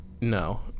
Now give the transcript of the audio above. No